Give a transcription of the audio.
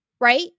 right